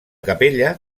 capella